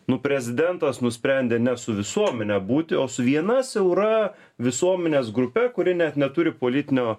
nu prezidentas nusprendė ne su visuomene būti o su viena siaura visuomenės grupe kuri net neturi politinio